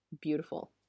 beautiful